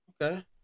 Okay